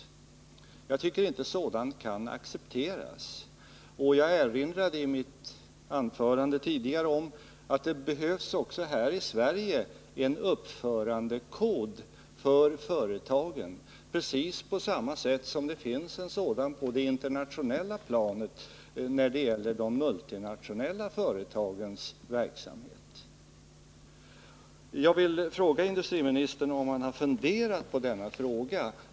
Tisdagen den Jag tycker inte att sådant kan accepteras, och jag erinrade i mitt tidigare 18 december 1979 anförande om att det också här i Sverige behövs en uppförandekod för företagen precis på samma sätt som det finns en sådan på det internationella planet när det gäller de multinationella företagens verksamhet. Jag vill fråga industriministern om han har funderat på denna fråga.